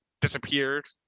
disappeared